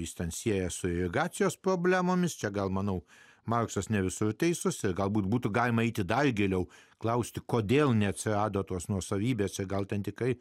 jis ten siejasi su irigacijos problemomis čia gal manau maksas ne visur teisus galbūt būtų galima eiti dar giliau klausti kodėl neatsirado tos nuosavybės gal ten tikrai